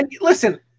listen